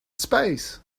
space